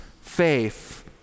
faith